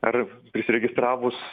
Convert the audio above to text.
ar prisiregistravus